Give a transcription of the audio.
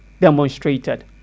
demonstrated